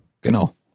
Genau